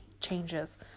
changes